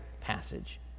passage